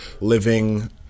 living